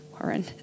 Warren